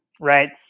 right